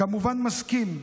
כמובן מסכים.